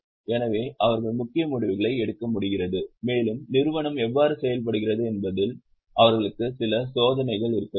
எனவே அவர்கள் முக்கிய முடிவுகளை எடுக்க முடிகிறது மேலும் நிறுவனம் எவ்வாறு செயல்படுகிறது என்பதில் அவர்களுக்கு சில சோதனைகள் இருக்க வேண்டும்